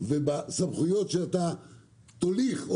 וסמכויות לתת.